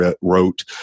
wrote